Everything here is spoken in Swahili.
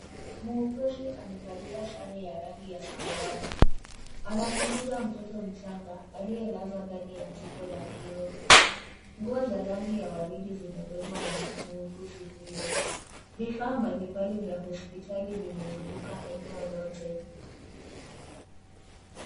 Muuguzi amevalia sare ya rangi ya samawati. Anachunguza mtoto mchanga, aliyelazwa ndani ya jiko la kioo. Nguo za rangi ya waridi zimebebwa na muuguzi huyo. Vifaa mbalimbali vya hospitali vimezunguka eneo lote.